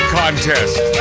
contest